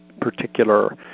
particular